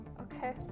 Okay